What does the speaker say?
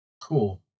Cool